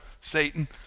Satan